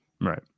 Right